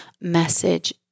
message